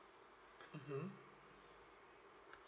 mmhmm